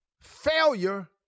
Failure